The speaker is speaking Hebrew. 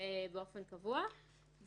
שלו באופן קבוע,